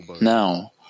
now